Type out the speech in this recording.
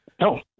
No